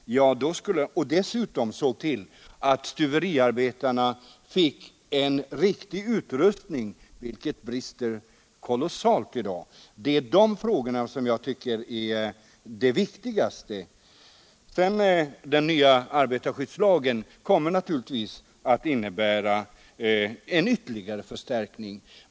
Dessutom måste stuveriarbetarna få en riktig utrustning — där brister det kolossalt i dag. Det är alltså dessa frågor som jag tycker är de viktigaste. Den nya arbetarskyddslagen kommer naturligtvis att innebära en ytterligare förstärkning.